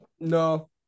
No